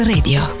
Radio